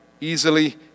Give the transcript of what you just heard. easily